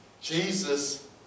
Jesus